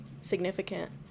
significant